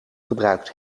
gebruikt